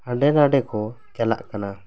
ᱦᱟᱸᱰᱮ ᱱᱟᱰᱮ ᱠᱚ ᱪᱟᱞᱟᱜ ᱠᱟᱱᱟ